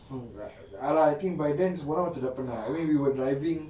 mm ya lah I think by then kita orang macam dah penat I mean we were driving